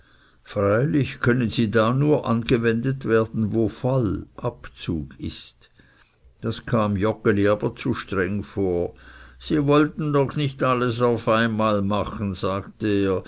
freilich können sie nur da angewendet werden wo fall ist das kam joggeli aber zu streng vor sie wollten doch nicht alles auf einmal machen sagte er